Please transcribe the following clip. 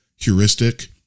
heuristic